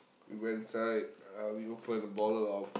we went inside uh we open a bottle of